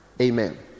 Amen